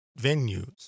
venues